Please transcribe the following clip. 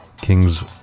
Kings